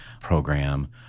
program